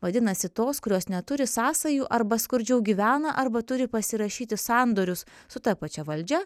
vadinasi tos kurios neturi sąsajų arba skurdžiau gyvena arba turi pasirašyti sandorius su ta pačia valdžia